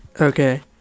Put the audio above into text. Okay